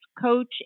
coach